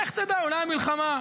לך תדע, אולי המלחמה תימשך,